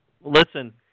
Listen